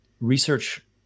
research